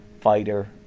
fighter